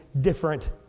different